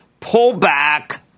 pullback